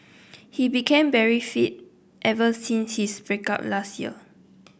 he became very fit ever since his break up last year